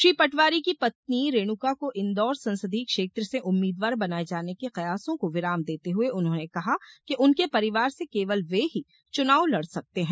श्री पटवारी की पत्नी रेणुका को इंदौर संसदीय क्षेत्र से उम्मीदवार बनाये जाने के कयासों को विराम देते हुए उन्होंने कहा कि उनके परिवार से केवल वे ही चुनाव लड़ सकते हैं